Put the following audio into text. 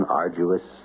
arduous